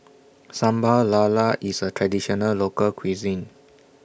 Sambal Lala IS A Traditional Local Cuisine